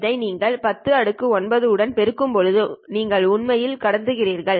இதை நீங்கள் 10 9 உடன் பெருக்கும்போது நீங்கள் உண்மையில் கடத்துகிறீர்கள்